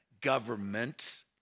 government